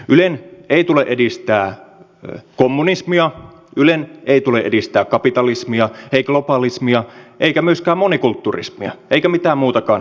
ylen ei tule edistää kommunismia ylen ei tule edistää kapitalismia ei globalismia eikä myöskään monikultturismia eikä mitään muutakaan ideologiaa